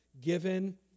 given